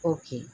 okay